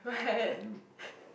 what